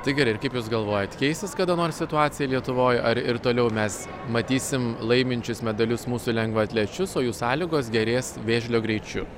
tai gerai ir kaip jūs galvojat keisis kada nors situacija lietuvoj ar ir toliau mes matysim laiminčius medalius mūsų lengvaatlečius o jų sąlygos gerės vėžlio greičiu